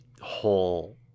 whole